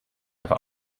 aber